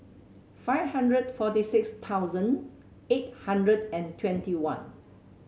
five hundred forty six thousand eight hundred and twenty one